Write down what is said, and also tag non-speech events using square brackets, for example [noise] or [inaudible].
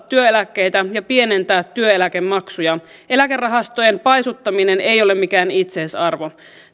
[unintelligible] työeläkkeitä ja pienentää työeläkemaksuja eläkerahastojen paisuttaminen ei ole mikään itseisarvo